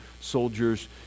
soldiers